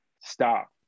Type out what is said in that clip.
stop